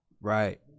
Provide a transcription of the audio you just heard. Right